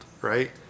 right